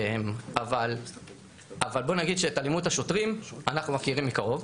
אבל בוא נגיד שאת אלימות השוטרים אנחנו מכירים מקרוב.